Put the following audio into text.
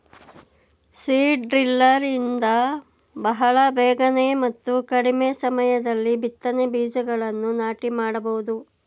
seed driller ಇಂದ ಬಹಳ ಬೇಗನೆ ಮತ್ತು ಕಡಿಮೆ ಸಮಯದಲ್ಲಿ ಬಿತ್ತನೆ ಬೀಜಗಳನ್ನು ನಾಟಿ ಮಾಡಬೋದು